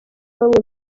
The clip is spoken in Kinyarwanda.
bamwe